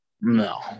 No